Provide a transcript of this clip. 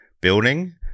building